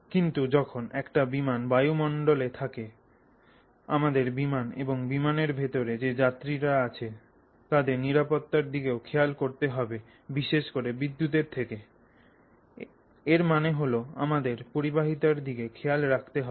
কিন্তু যখন একটা বিমান বায়ুমণ্ডলে থাকবে আমাদের বিমান এবং বিমানের ভিতরে যে যাত্রীরা আছে তাদের নিরাপত্তার দিকে খেয়াল রাখতে হবে বিশেষ করে বিদ্যুৎ এর থেকে তার মানে হল আমাদের পরিবাহিতার দিকে খেয়াল রাখতে হবে